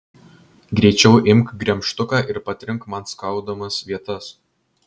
greičiau imk gremžtuką ir patrink man skaudamas vietas